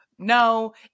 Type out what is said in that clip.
no